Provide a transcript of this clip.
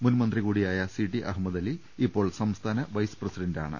മുൻമന്ത്രി കൂടിയായ C T അഹമ്മദ്അലി ഇപ്പോൾ സംസ്ഥാന വൈസ് പ്രസിഡന്റാണ്